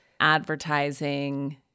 advertising